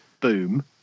boom